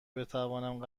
بتوانم